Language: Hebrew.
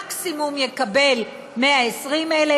מקסימום יקבל 120,000,